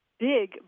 big